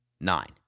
nine